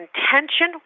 intention